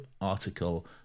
article